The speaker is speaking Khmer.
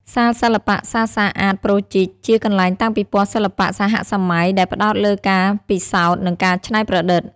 សាលសិល្បៈសា សា អាត ប្រូចីក ជាកន្លែងតាំងពិពណ៌សិល្បៈសហសម័យដែលផ្តោតលើការពិសោធន៍ និងការច្នៃប្រឌិត។